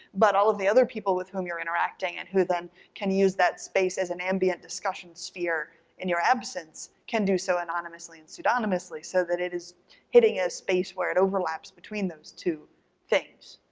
but all of the other people with whom you're interacting and who then can use that space as an ambient discussion sphere in your absence can do so anonymously and pseudonymously, so that it is hitting a space where it overlaps between those two things.